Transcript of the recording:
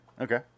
Okay